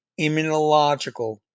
immunological